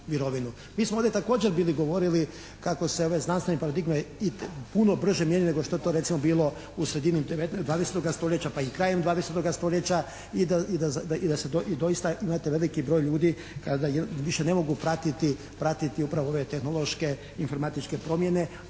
Mi smo ovdje također bili govorili kako se ove znanstvene paradigme i puno brže mijenjaju nego što je to recimo bilo u sredini 20. stoljeća pa i krajem 20.-toga stoljeća i da se doista na taj veliki broj ljudi, kada više ne mogu pratiti upravo ove tehnološke, informatičke promjene